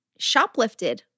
Shoplifted